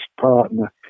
partner